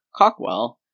Cockwell